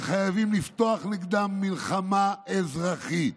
וחייבים לפתוח נגדם במלחמה אזרחית.